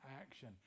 action